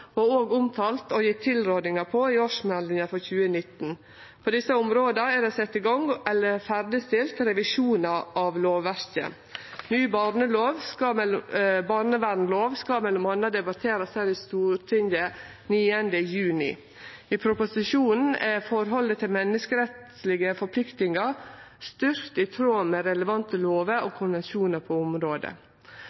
omtalt og gjeve tilrådingar til i årsmeldinga for 2019. På desse områda er det sett i gang eller ferdigstilt revisjonar av lovverket. Ny barnevernslov skal debatterast her i Stortinget 9. juni. I proposisjonen er forholdet til menneskerettslege forpliktingar styrkt i tråd med relevante lover og